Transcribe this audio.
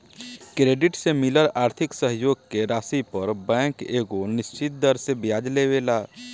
credit से मिलल आर्थिक सहयोग के राशि पर बैंक एगो निश्चित दर से ब्याज लेवेला